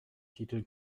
titel